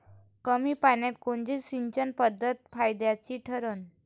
कमी पान्यात कोनची सिंचन पद्धत फायद्याची ठरन?